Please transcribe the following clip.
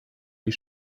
die